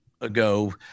ago